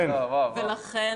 לכן